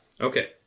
Okay